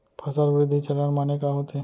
फसल वृद्धि चरण माने का होथे?